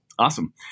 Awesome